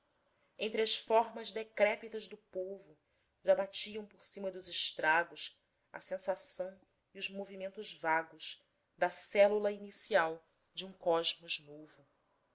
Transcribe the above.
entre as formas decrépitas do povo já batiam por cima dos estragos a sensação e os movimentos vagos da célula inicial de um cosmos novo